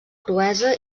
cruesa